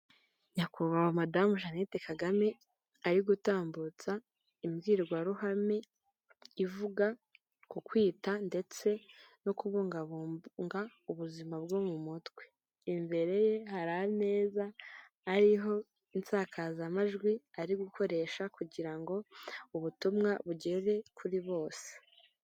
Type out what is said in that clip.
Nyakubahwa madamu Janeti Kagame ari gutambutsa imbwirwaruhame ivuga ku kwita ndetse no kubungabunga ubuzima bwo mu mutwe, imbere ye hari ameza ari ho insakazamajwi ari gukoresha kugira ngo ubutumwa bugere kuri bose.